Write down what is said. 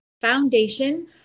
foundation